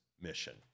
mission